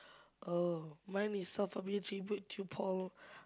oh mine is South tribute to Paul